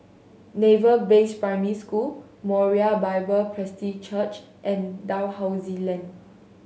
Naval Base Primary School Moriah Bible Presby Church and Dalhousie Lane